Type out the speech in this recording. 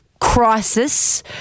crisis